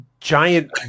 giant